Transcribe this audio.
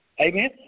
Amen